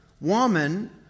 woman